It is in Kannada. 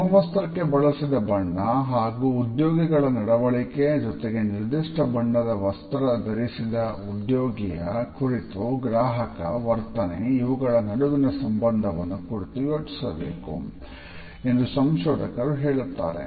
ಸಮವಸ್ತ್ರಕ್ಕೆ ಬಳಸಿದ ಬಣ್ಣ ಹಾಗೂ ಉದ್ಯೋಗಿಗಳ ನಡವಳಿಕೆ ಜೊತೆಗೆ ನಿರ್ದಿಷ್ಟ ಬಣ್ಣದ ವಸ್ತ್ರ ಧರಿಸಿದ ಉದ್ಯೋಗಿಯ ಕುರಿತು ಗ್ರಾಹಕನ ವರ್ತನೆ ಇವುಗಳ ನಡುವಿನ ಸಂಬಂಧವನ್ನು ಕುರಿತು ಯೋಚಿಸಬೇಕು ಎಂದು ಸಂಶೋಧಕರು ಹೇಳುತ್ತಾರೆ